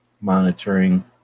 monitoring